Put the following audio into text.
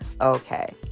Okay